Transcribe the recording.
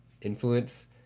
influence